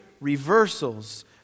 reversals